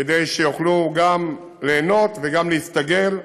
כדי שיוכלו גם ליהנות וגם להסתגל,